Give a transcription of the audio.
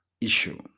issue